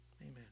Amen